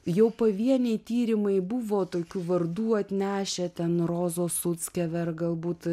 jau pavieniai tyrimai buvo tokių vardų atnešę ten rozos suckever galbūt